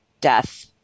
death